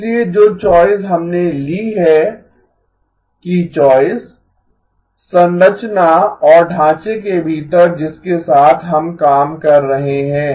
इसलिए जो चॉइस हमने ली है की चॉइस संरचना और ढांचे के भीतर जिसके साथ हम काम कर रहे हैं